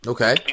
Okay